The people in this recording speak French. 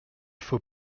faut